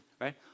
right